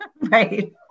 right